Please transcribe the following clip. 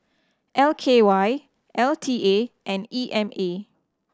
L K Y L T A and E M A